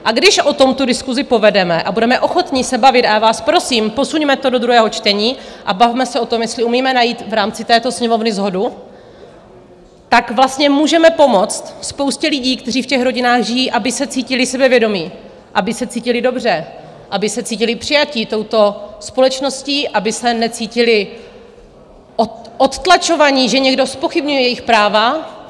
A když o tom tu diskusi povedeme a budeme ochotni se bavit, a já vás prosím, posuňme to do druhého čtení a bavme se o tom, jestli umíme najít v rámci této Sněmovny shodu, tak vlastně můžeme pomoct spoustě lidí, kteří v těch rodinách žijí, aby se cítili sebevědomí, aby se cítili dobře, aby se cítili přijatí touto společností, aby se necítili odtlačovaní, že někdo zpochybňuje jejich práva.